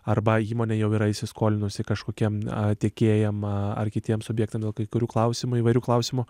arba įmonė jau yra įsiskolinusi kažkokiem tiekėjam ar kitiems subjektam dėl kai kurių klausimų įvairių klausimų